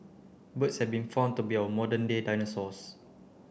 birds have been found to be our modern day dinosaurs